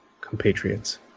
compatriots